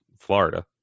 Florida